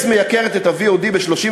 "yes מייקרת את ה-VOD ב-33%,